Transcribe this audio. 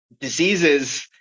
diseases